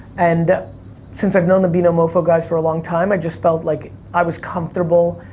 and since i've known the vinomofo guys for a long time, i just felt like i was comfortable